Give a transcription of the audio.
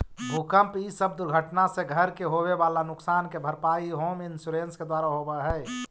भूकंप इ सब दुर्घटना से घर के होवे वाला नुकसान के भरपाई होम इंश्योरेंस के द्वारा होवऽ हई